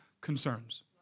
concerns